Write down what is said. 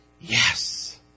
yes